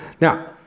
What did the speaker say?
Now